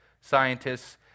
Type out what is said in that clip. scientists